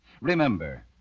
Remember